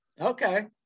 okay